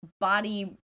body